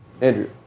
Andrew